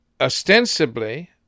Ostensibly